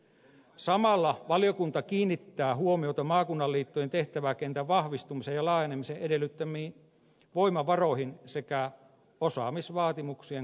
samalla valiokunta kiinnittää huomiota maakunnan liittojen tehtäväkentän vahvistumisen ja laajenemisen edellyttämiin voimavaroihin sekä osaamisvaatimuksien kasvamiseen